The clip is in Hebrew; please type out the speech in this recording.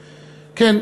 כן,